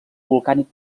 volcànic